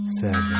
seven